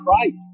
Christ